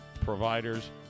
providers